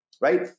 right